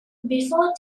before